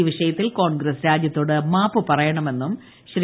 ഇൌ വിഷയത്തിൽ കോൺഗ്രസ് രാജ്യത്തോട് മൂാപ്പ് പറയണമെന്നും ശ്രീ